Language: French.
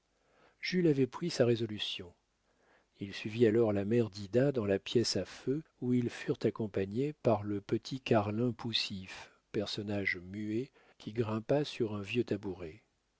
jules avait pris sa résolution il suivit alors la mère d'ida dans la pièce à feu où ils furent accompagnés par le petit carlin poussif personnage muet qui grimpa sur un vieux tabouret